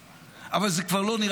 זה לא נורמלי.